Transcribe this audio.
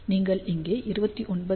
நீங்கள் இங்கே 29